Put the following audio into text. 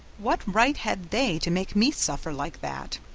what right had they to make me suffer like that?